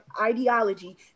ideology